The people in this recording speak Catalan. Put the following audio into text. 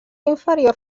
inferior